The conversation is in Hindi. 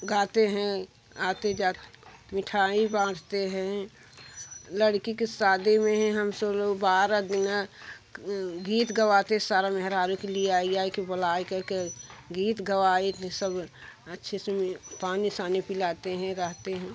गाते हैं आते जाते मिठाई बांटते हैं लड़की की शादी में हम सोलह बारह दिना गीत गवाते सारा मेहरारू के लिए आई आई के बोलाई करके गीत गवाये सब अच्छे से पानी पानी पिलाते हैं रहते हैं